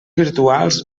virtuals